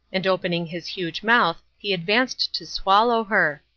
and opening his huge mouth he advanced to swallow her.